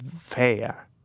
fair